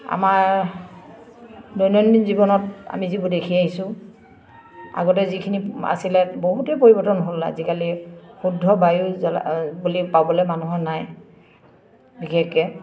আমাৰ দৈনন্দিন জীৱনত আমি যিবোৰ দেখি আহিছোঁ আগতে যিখিনি আছিলে বহুতেই পৰিৱৰ্তন হ'ল আজিকালি শুদ্ধ বায়ু জ্বলা বুলি পাবলৈ মানুহৰ নাই বিশেষকৈ